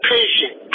Patient